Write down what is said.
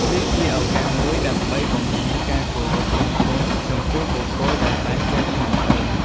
វាជាឱកាសមួយដើម្បី បង្ហាញការគោរពដឹងគុណ ចំពោះបុគ្គលដែលបានចែកឋានទៅ។